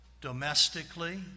Domestically